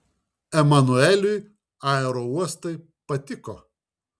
emanueliui aerouostai patiko